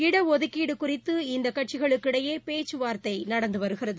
இட ஒதுக்கீடு குறித்து இந்த கட்சிகளுக்கிடையே பேச்சுவார்த்தை நடந்து வருகிறது